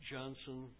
Johnson